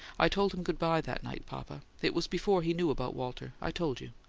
i told him good-bye that night, papa. it was before he knew about walter i told you.